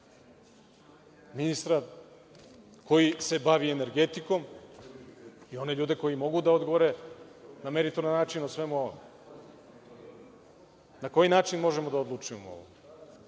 ministra koji se bavi energetikom i one ljude koji mogu da odgovore na meritoran način o svemu ovome. Na koji način možemo da odlučujemo o